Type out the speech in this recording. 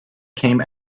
came